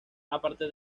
aparte